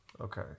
Okay